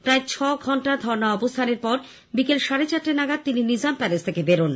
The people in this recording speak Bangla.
প্রায় ছঘন্টা ধর্ণা অবস্থানের পর বিকেল সাড়ে চারটে নাগাদ তিনি নিজাম প্যালেস থেকে বেরোন